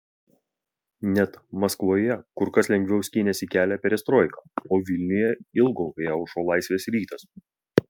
net maskvoje kur kas lengviau skynėsi kelią perestroika o vilniuje ilgokai aušo laisvės rytas